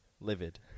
livid